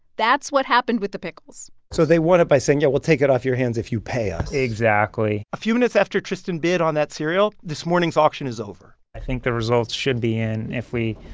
that's what happened with the pickles so they won it by saying, yeah, we'll take it off your hands if you pay us exactly a few minutes after tristan bid on that cereal, this morning's auction is over i think the results should be in, if we.